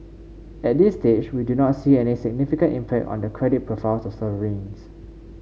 at this stage we do not see any significant impact on the credit profiles of sovereigns